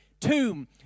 tomb